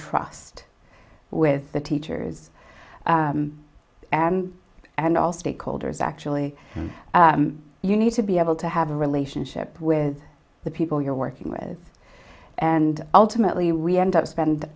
trust with the teachers and and all stakeholders actually you need to be able to have a relationship with the people you're working with and ultimately we end up spend